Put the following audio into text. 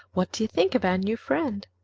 what do you think of our new friend?